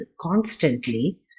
constantly